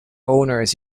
owners